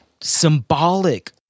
symbolic